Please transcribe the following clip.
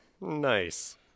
Nice